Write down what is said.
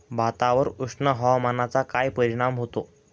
भातावर उष्ण हवामानाचा काय परिणाम होतो?